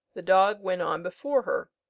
the dog went on before her,